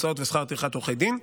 הוצאות ושכר טרחת עורכי דין.